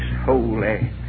holy